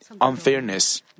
unfairness